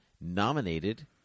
Nominated